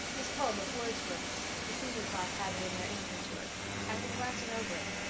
this poem of wordsworth's the senior class have it in their entrance work i've been glancing over it.